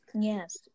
Yes